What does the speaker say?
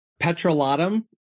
petrolatum